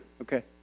Okay